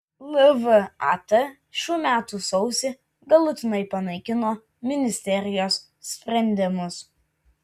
lvat šių metų sausį galutinai panaikino ministerijos sprendimus